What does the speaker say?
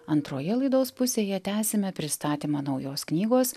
antroje laidos pusėje tęsime pristatymą naujos knygos